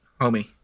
homie